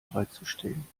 bereitzustellen